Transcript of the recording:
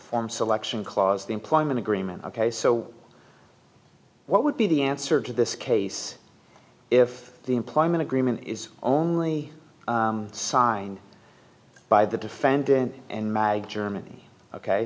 form selection clause the employment agreement ok so what would be the answer to this case if the employment agreement is only signed by the defendant and mag germany ok